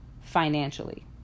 financially